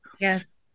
Yes